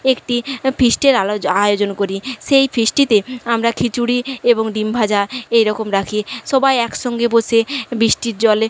একটি ফিস্টের আলোজ আয়োজন করি সেই ফিস্টিতে আমরা খিচুড়ি এবং ডিম ভাজা এই রকম রাখি সবাই একসঙ্গে বসে বিষ্টির জলে